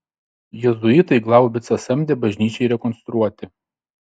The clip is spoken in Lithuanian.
jėzuitai glaubicą samdė bažnyčiai rekonstruoti